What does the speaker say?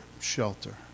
shelter